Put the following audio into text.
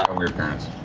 um weird parents.